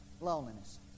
loneliness